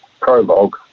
Prologue